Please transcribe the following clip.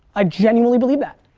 ah genuinely believe that.